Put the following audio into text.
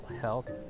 health